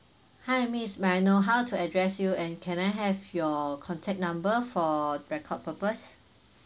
hi miss may I know how to address you and can I have your contact number for record purpose